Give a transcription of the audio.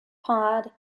pod